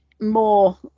more